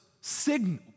signaled